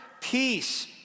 peace